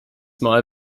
mal